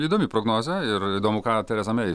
įdomi prognozė ir įdomu ką tereza mei